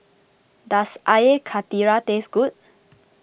does Air Karthira taste good